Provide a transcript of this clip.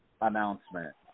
announcement